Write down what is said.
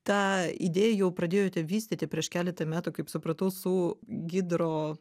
tą idėją jau pradėjote vystyti prieš keletą metų kaip supratau su gidro